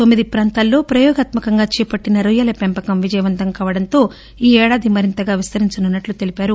తొమ్మిది ప్రాంతాలలొ ప్రయోగాత్క కంగా చేపట్టిన రొయ్యిల పెంపకం విజయవంతం కావటంతో ఈ ఏడాది మరింత విస్తరించనున్నట్లు తెలిపారు